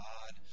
God